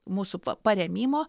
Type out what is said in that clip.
mūsų parėmimo